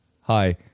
Hi